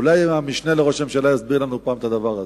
אולי המשנה לראש הממשלה יסביר לנו פעם את הדבר הזה.